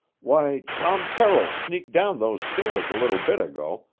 why, tom terrill sneaked down those stairs a little bit ago,